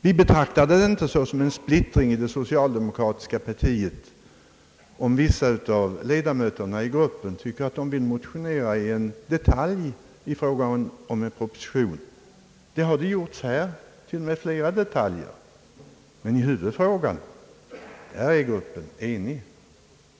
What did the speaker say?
Vi betraktar det inte som en splittring i det socialdemokratiska partiet, om vissa ledamöter av den socialdemokratiska gruppen tycker att de bör motionera i fråga om en detalj i propositionen — det har gjorts här till och med beträffande flera detaljer. Men i huvudfrågan är gruppen enig.